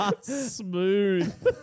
Smooth